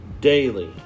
daily